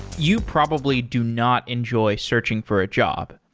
you probably do not enjoy searching for a job.